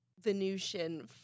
Venusian